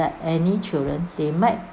that any children they might